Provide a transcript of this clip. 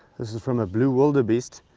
this is from a blue wildebeest.